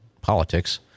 politics